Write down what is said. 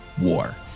war